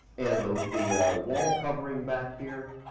and the the wall covering back here,